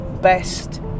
best